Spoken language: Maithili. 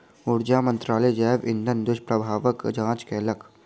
ऊर्जा मंत्रालय जैव इंधनक दुष्प्रभावक जांच केलक